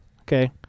Okay